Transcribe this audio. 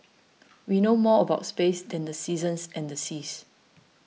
we know more about space than the seasons and the seas